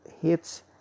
hits